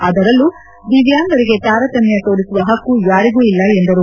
ಅದರಲ್ಲೂ ದಿವ್ಯಾಂಗರಿಗೆ ತಾರತಮ್ಯ ತೋರಿಸುವ ಹಕ್ಕು ಯಾರಿಗೂ ಇಲ್ಲ ಎಂದರು